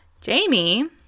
Jamie